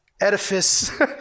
edifice